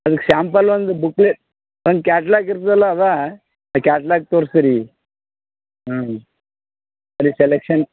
ಅದು ಸಾಂಪಲ್ ಒಂದು ಬುಕ್ಕೆ ಒಂದು ಕ್ಯಾಟ್ಲಾಗ್ ಇರ್ತದಲ್ಲ ಅದಾ ಕ್ಯಾಟ್ಲಾಗ್ ತೋರಿಸ್ತೀರೀ ಹ್ಞೂ ಅಲ್ಲಿ ಸೆಲೆಕ್ಷನ್